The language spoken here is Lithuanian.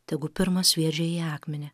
tegu pirmas sviedžia į ją akmenį